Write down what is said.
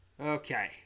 Okay